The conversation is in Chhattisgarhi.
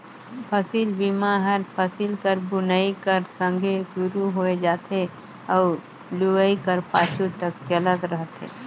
फसिल बीमा हर फसिल कर बुनई कर संघे सुरू होए जाथे अउ लुवई कर पाछू तक चलत रहथे